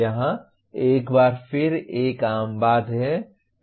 यह एक बार फिर एक आम बात है